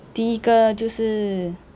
第一个就是